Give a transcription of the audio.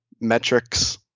metrics